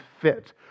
fit